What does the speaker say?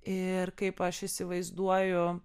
ir kaip aš įsivaizduoju